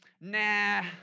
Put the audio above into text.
nah